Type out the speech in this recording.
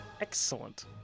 excellent